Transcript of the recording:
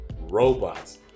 robots